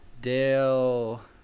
Dale